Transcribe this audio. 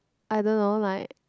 I don't know like